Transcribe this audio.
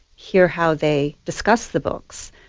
hear how they discuss the books.